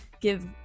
give